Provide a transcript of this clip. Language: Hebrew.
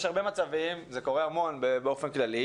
יש הרבה מצבים וזה קורה המון באופן כללי,